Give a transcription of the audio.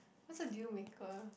what's a deal maker